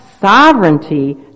sovereignty